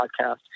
podcast